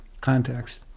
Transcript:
context